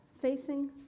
facing